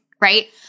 right